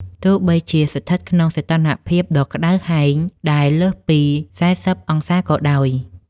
ទោះបីជាស្ថិតក្នុងសីតុណ្ហភាពដ៏ក្ដៅហែងដែលលើសពី ៤០ អង្សាសេក៏ដោយ។